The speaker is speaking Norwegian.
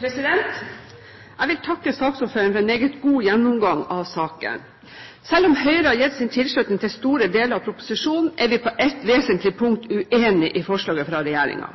funksjonshemmede. Jeg vil takke saksordføreren for en meget god gjennomgang av saken. Selv om Høyre har gitt sin tilslutning til store deler av proposisjonen, er vi på ett vesentlig punkt uenig i forslaget fra regjeringen.